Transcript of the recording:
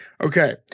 Okay